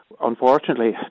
Unfortunately